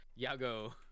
Yago